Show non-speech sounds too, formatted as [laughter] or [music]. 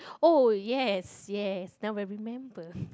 oh yes yes now I remember [breath]